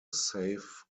safe